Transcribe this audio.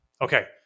Okay